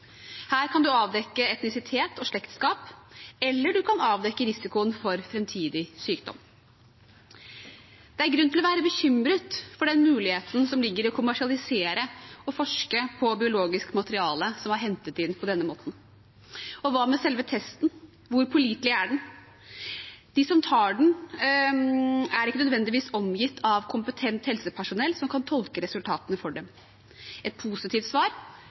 Her kan man avdekke etnisitet og slektskap, eller man kan avdekke risikoen for framtidig sykdom. Det er grunn til å være bekymret for den muligheten som ligger i å kommersialisere og forske på biologisk materiale som er hentet inn på denne måten. Og hva med selve testen? Hvor pålitelig er den? De som tar den, er ikke nødvendigvis omgitt av kompetent helsepersonell som kan tolke resultatene for dem. Et positivt svar